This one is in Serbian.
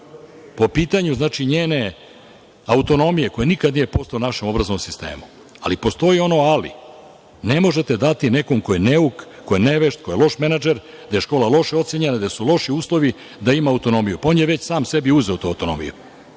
po pitanju njene autonomije koja nikada nije postojala u našem obrazovnom sistemu. Ali, postoji ono – ali. Ne možete dati nekom ko je neuk, ko je nevešt, ko je loš menadžer, gde je škola loše ocenjena, gde su loši uslovi, da ima autonomiju. On je već sam sebi već uzeo tu autonomiju